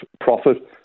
profit